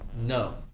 No